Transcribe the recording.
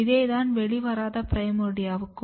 இதேதான் வெளிவராத பிரைமோர்டியாவுக்கும்